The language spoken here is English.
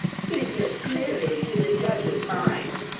speak this clearly to the judges' mind.